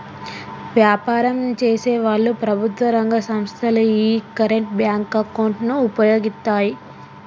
వ్యాపారం చేసేవాళ్ళు, ప్రభుత్వం రంగ సంస్ధలు యీ కరెంట్ బ్యేంకు అకౌంట్ ను వుపయోగిత్తాయి